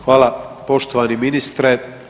Hvala poštovani ministre.